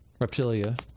Reptilia